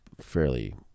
fairly